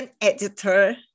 editor